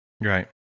Right